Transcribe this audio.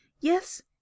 Yes